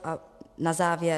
A na závěr.